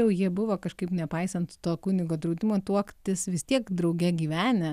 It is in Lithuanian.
jau jie buvo kažkaip nepaisant to kunigo draudimo tuoktis vis tiek drauge gyvenę